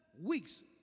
weeks